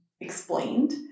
explained